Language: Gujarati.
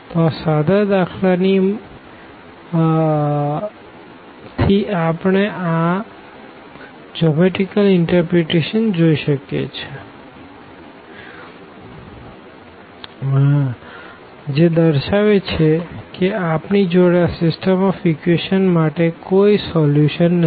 તો આ સાદા દાખલા થી આપણે જીઓમેટરીકલ ઇનટરપ્રીટેશન જોઈ શકીએ કે જે દર્શાવે છે કે આપણી જોડે આ સીસ્ટમ ઓફ ઇકવેશંસ માટે કોઈ સોલ્યુશન નથી